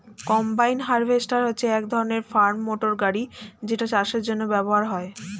combine harvester হচ্ছে এক ধরণের ফার্ম মোটর গাড়ি যেটা চাষের জন্য ব্যবহার হয়